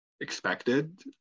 expected